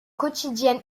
quotidienne